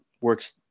works